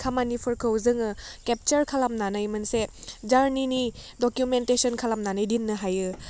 खामानिफोरखौ जोङो केपसार्ट खालामनानै मोनसे जारनिनि डकेमेन्टेसन खालामनानै दोननो हायो